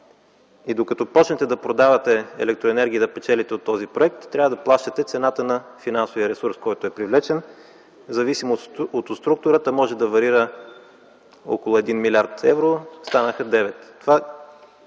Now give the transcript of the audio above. Докато почнете да продавате електроенергия и да печелите от този проект, трябва да плащате цената на финансовия ресурс, който е привлечен. В зависимост от структурата може да варира около 1 млрд. евро – станаха 9